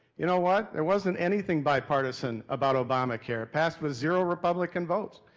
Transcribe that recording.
y'know what? there wasn't anything bipartisan about obamacare. passed with zero republican votes.